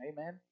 Amen